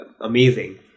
amazing